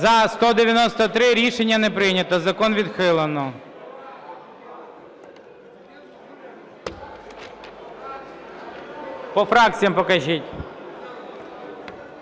За-193 Рішення не прийнято. Закон відхилено. По фракціям покажіть.